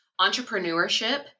entrepreneurship